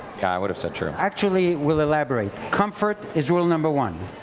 would have said true. actually, we'll elaborate. comfort is rule number one,